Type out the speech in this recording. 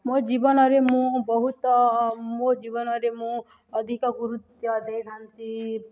ମୋ ଜୀବନରେ ମୁଁ ବହୁତ ମୋ ଜୀବନରେ ମୁଁ ଅଧିକ ଗୁରୁତ୍ୱ ଦେଇଥାନ୍ତି